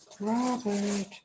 Robert